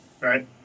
right